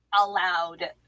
allowed